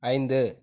ஐந்து